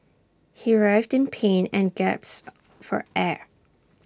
he writhed in pain and gasps for air